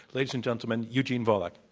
ladies and gentlemen, eugene volokh.